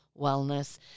wellness